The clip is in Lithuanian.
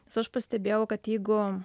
nes aš pastebėjau kad jeigu